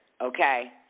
okay